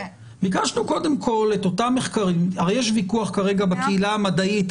ביקשנו קודם כל את אותם מחקרים הרי יש ויכוח כרגע בקהילה המדעית,